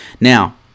Now